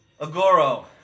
Agoro